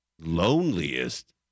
loneliest